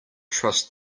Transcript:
trust